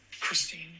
Christine